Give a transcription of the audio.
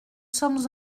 sommes